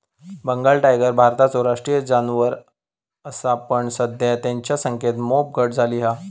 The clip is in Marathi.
बंगाल टायगर भारताचो राष्ट्रीय जानवर असा पण सध्या तेंच्या संख्येत मोप घट झाली हा